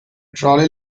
trolley